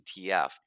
ETF